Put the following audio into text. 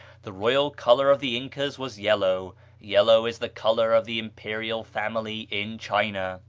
the royal color of the incas was yellow yellow is the color of the imperial family in china.